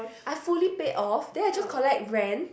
I fully pay off then I just collect rent